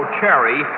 cherry